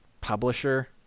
publisher